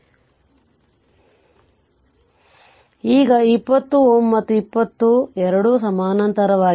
ಮತ್ತು ಈ 20 Ω ಮತ್ತು ಈ 20 ಎರಡೂ ಸಮಾನಾಂತರವಾಗಿರುತ್ತವೆ